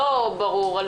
אבל מי שלא ברור לו,